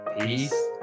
peace